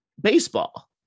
baseball